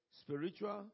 spiritual